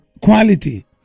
quality